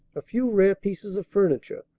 a few rare pieces of furniture,